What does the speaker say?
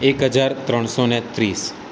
એક હજાર ત્રણસો ને ત્રીસ